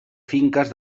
finques